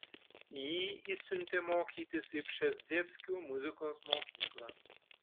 jį išsiuntė mokytis į pšezdzieckių muzikos mokyklą